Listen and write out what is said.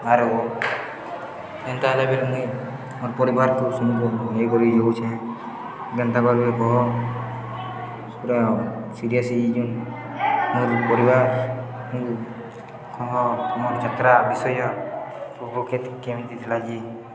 ଆରୁ ଏନ୍ତା ହେଲେ ଫେର ମୁଇଁ ମୋର୍ ପରିବାରକୁ ସମସ୍ତେ ନେଇକରି ଯାଉଛେ ଯେନ୍ତା କରି କହ ପୁରା ସିରିୟସ୍ ହେଇ ଯେନ୍ ମୋର ପରିବାର କହ ମୋର ଯାତ୍ରା ବିଷୟ ପକ୍ଷତ କେମିତି ଥିଲା ଯେ